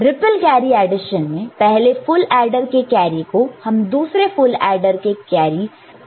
ripple carry addition में पहले full adder के कैरी को हम दूसरे फुल एडर के कैरी इनपुट को कनेक्ट करते हैं